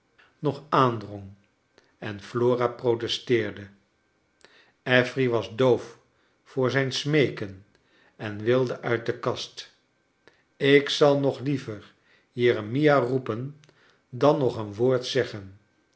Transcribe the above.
nog aandrong en flora protesteerde affery was doof voor zijn smeeken en wilde uit de kast ik zal nog liever jeremia roepen dan nog een woord zeggen